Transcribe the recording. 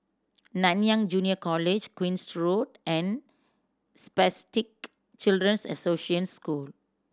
Nanyang Junior College Queen's Road and Spastic Children's Association School